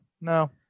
No